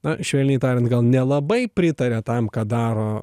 na švelniai tariant gal nelabai pritaria tam ką daro